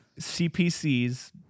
CPCs